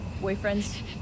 boyfriend's